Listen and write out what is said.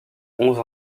onze